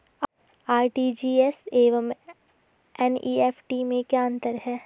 RTGS एवं NEFT में क्या अंतर है?